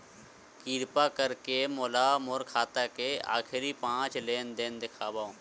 किरपा करके मोला मोर खाता के आखिरी पांच लेन देन देखाव